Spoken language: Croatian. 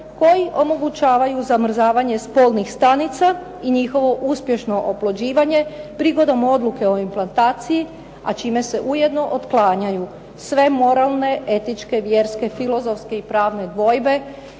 koji omogućavaju zamrzavanje spolnih stanica i njihovo uspješno oplođivanje prigodom odluke o implantaciji, a čime se ujedno otklanjaju sve moralne, etičke, vjerske, filozofske i pravne dvojbe.